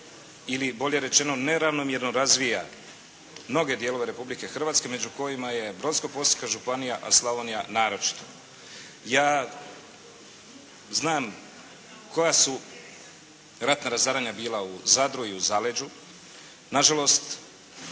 ili bolje rečeno neravnomjerno razvija mnoge dijelove Republike Hrvatske među kojima je Brodsko-posavska županija, a Slavonija naročito. Ja znam koja su ratna razaranja bila u Zadru i u zaleđu, na žalost